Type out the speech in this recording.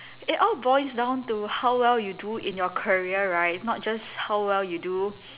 it all boils down to how well you do in your career right it's not just how well you do